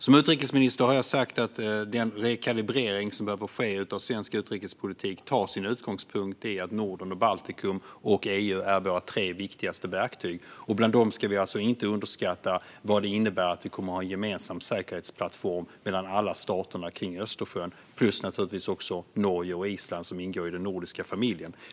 Som utrikesminister har jag sagt att den rekalibrering som behöver ske av svensk utrikespolitik tar sin utgångspunkt i att Norden, Baltikum och EU är våra tre viktigaste verktyg. Bland dem ska vi inte underskatta vad det innebär att vi kommer att ha en gemensam säkerhetsplattform mellan alla stater kring Östersjön plus Norge och Island, som ingår i den nordiska familjen.